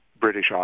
British